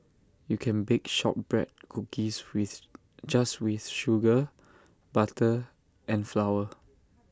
you can bake Shortbread Cookies with just with sugar butter and flour